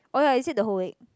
oh ya is it the whole week